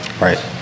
Right